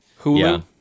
Hulu